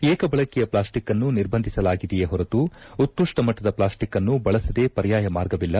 ಏಕೆ ಬಳಕೆಯ ಪ್ಣಾಸ್ಟಿಕನ್ನು ನಿರ್ಬಂಧಿಸಲಾಗಿದೆಯೇ ಹೊರತು ಉತ್ಕೃಷ್ಟ ಮೆಟ್ಟದ ಪ್ಲಾಸ್ಟಿಕನ್ನು ಬಳಸದೇ ಪರ್ಯಾಯ ಮಾರ್ಗವಿಲ್ಲ